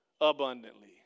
abundantly